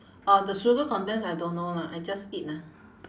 orh the sugar contents I don't know lah I just eat lah